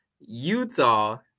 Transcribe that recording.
Utah